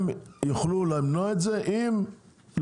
אנחנו